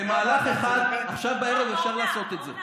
במהלך אחד, עכשיו בערב, אפשר לעשות את זה.